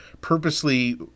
purposely